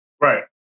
Right